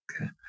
Okay